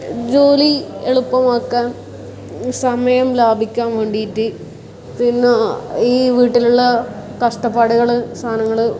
ജോലി എളുപ്പമാക്കാൻ സമയം ലാഭിക്കാൻ വേണ്ടിയിട്ട് പിന്നെ ഈ വീട്ടിലുള്ള കഷ്ടപ്പാടുകൾ സാധനങ്ങൾ